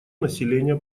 населения